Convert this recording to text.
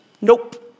Nope